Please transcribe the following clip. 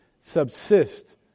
subsist